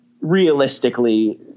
realistically